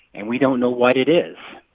and we don't know what it is.